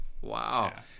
Wow